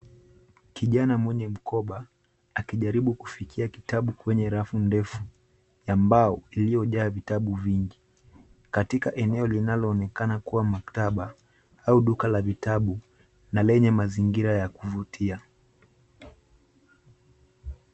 Kijana mwenye mkoba akijaribu kufikia kitabu kwenye rafu ndefu ya mbao iliyojaa vitabu vingi, katika eneo linaloonekana kuwa maktaba au duka la vitabu na lenye mazingira ya kuvutia.